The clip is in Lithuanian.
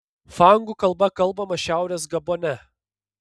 fangų kalba kalbama šiaurės gabone